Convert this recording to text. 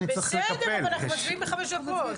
מסיימים בחמש דקות.